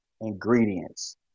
ingredients